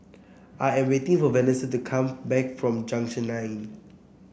I am waiting for Venessa to come back from Junction Nine